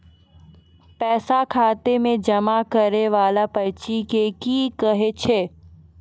पैसा खाता मे जमा करैय वाला पर्ची के की कहेय छै?